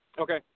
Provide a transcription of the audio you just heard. Okay